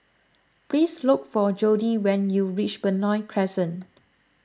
please look for Jordi when you reach Benoi Crescent